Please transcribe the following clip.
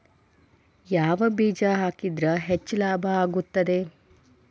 ಯಾವ ಬೇಜ ಹಾಕಿದ್ರ ಹೆಚ್ಚ ಲಾಭ ಆಗುತ್ತದೆ?